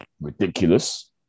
ridiculous